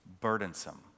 burdensome